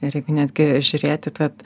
ir jeigu netgi žiūrėti tad